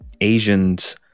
Asians